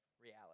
reality